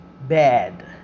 bad